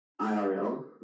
IRL